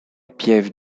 pieve